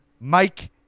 Mike